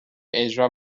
اجرا